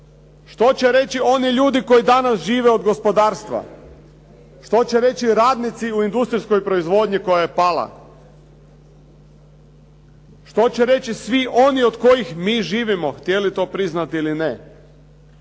što će reći oni ljudi koji danas žive od gospodarstva, što će reći radnici u industrijskoj proizvodnji koja je pala, što će reći svi oni od kojih mi živimo, htjeli to priznati ili ne,